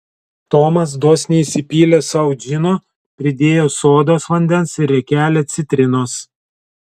tomas dosniai įsipylė sau džino pridėjo sodos vandens ir riekelę citrinos